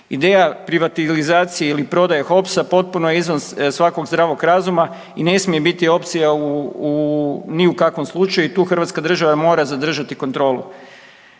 Ideja privatizacije ili prodaje HOPS-a potpuno je izvan svakog zdravog razuma i ne smije biti opcija ni u kakvom slučaju i tu Hrvatska država mora zadržati kontrolu.